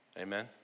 amen